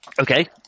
okay